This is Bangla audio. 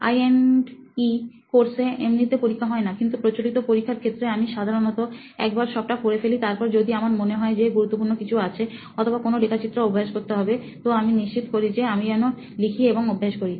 আই এন্ড ইIE কোর্সে এমনিতে পরীক্ষা হয়না কিন্তু প্রচলিত পরীক্ষার ক্ষেত্রে আমি সাধারণত একবার সবটা পড়ে ফেলি তারপর যদি আমার মনে হয় যে গুরুত্বপূর্ণ কিছু আছে অথবা কোন রেখাচিত্র অভ্যাস করতে হবে তো আমি নিশ্চিত করি যে আমি যেন লিখি এবং অভ্যাস করি